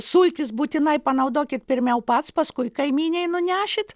sultis būtinai panaudokit pirmiau pats paskui kaimynei nunešit